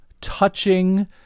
touching